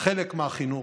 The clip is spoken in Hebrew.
חלק מהחינוך,